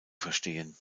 verstehen